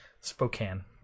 Spokane